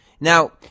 Now